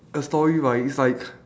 a story right it's like